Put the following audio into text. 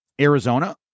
Arizona